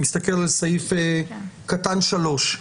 אני מסתכל על סעיף קטן (3),